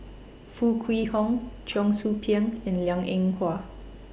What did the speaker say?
Foo Kwee Horng Cheong Soo Pieng and Liang Eng Hwa